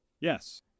yes